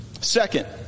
Second